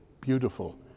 beautiful